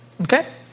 Okay